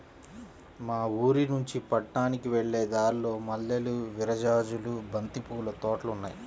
మా ఊరినుంచి పట్నానికి వెళ్ళే దారిలో మల్లెలు, విరజాజులు, బంతి పూల తోటలు ఉన్నాయ్